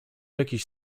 jakiś